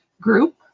group